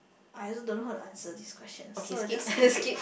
I also don't know how to answer this question so it just skip it